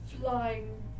flying